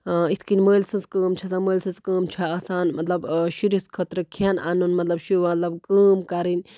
یِتھ کَنۍ مٲلۍ سٕنٛز کٲم چھِ زَنہٕ مٲلۍ سٕنٛز کٲم چھِ آسان مطلب شُرِس خٲطرٕ کھٮ۪ن اَنُن مطلب مطلب کٲم کَرٕنۍ